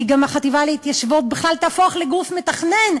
החטיבה להתיישבות בכלל תהפוך לגוף מתכנן,